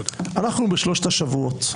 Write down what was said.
אנחנו בשלושת השבועות.